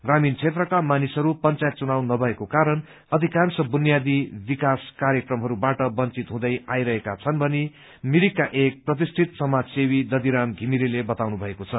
ग्रामीण क्षेत्रका मानिसहरू पंचायत चुनाव नभएको कारण अधिकांश बुनियादी विकास र्कायक्रमहरूबाट बंचित हुँदै आइरहेका छन् भनी मिरिकका एक प्रतिष्ठित समाजसेवी दघिराम घिमिरेले बताउनुभएको छ